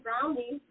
brownies